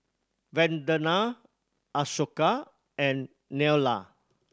Vandana Ashoka and Neila